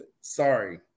Sorry